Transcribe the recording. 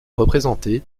représenté